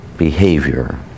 behavior